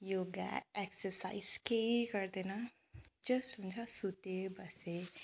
yoga exercise केही गर्दैन just हुन्छ सुतेँ बसेँ